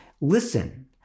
Listen